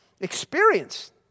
experience